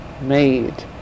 made